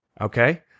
Okay